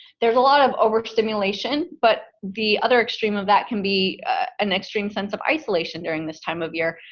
there's a lot of overstimulation, but the other extreme of that can be an extreme sense of isolation during this time of year,